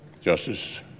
Justice